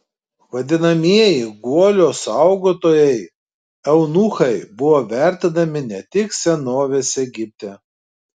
vadinamieji guolio saugotojai eunuchai buvo vertinami ne tik senovės egipte